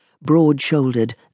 broad-shouldered